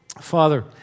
Father